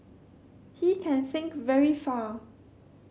he can think very far